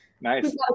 nice